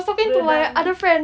redang